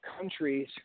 countries